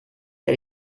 der